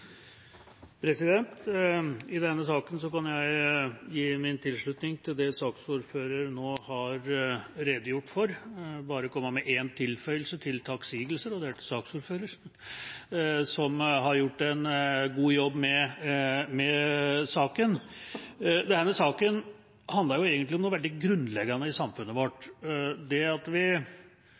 I denne saken kan jeg gi min tilslutning til det saksordføreren nå har redegjort for. Jeg vil bare komme med én tilføyelse til takksigelsene, og det er til saksordføreren, som har gjort en god jobb med saken. Denne saken handler egentlig om noe veldig grunnleggende i samfunnet vårt, det at vi